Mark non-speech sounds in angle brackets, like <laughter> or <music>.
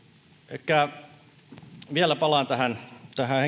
elikkä vielä palaan tähän tähän <unintelligible>